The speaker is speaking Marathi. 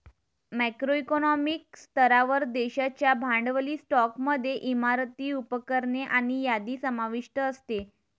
मॅक्रो इकॉनॉमिक स्तरावर, देशाच्या भांडवली स्टॉकमध्ये इमारती, उपकरणे आणि यादी समाविष्ट असते